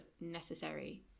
necessary